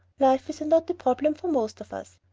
life is a knotty problem for most of us.